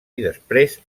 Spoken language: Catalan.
després